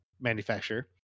manufacturer